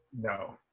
no